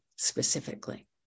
specifically